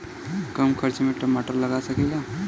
कम खर्च में टमाटर लगा सकीला?